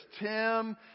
Tim